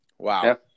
Wow